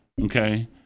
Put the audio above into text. okay